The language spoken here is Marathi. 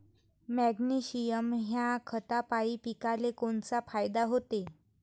मॅग्नेशयम ह्या खतापायी पिकाले कोनचा फायदा होते?